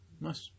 Nice